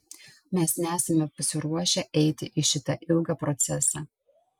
mes nesame pasiruošę eiti į šitą ilgą procesą